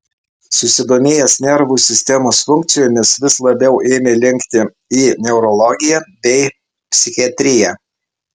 susidomėjęs nervų sistemos funkcijomis vis labiau ėmė linkti į neurologiją bei psichiatriją